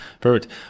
perfect